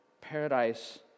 Paradise